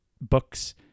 books